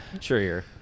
Sure